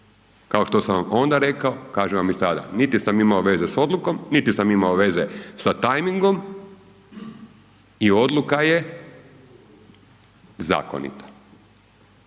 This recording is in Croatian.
kao što sam vam onda rekao, kažem vam i sada, niti sam imao veze s odlukom, niti sam imao veze sa tajmingom i odluka je zakonita.